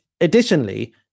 Additionally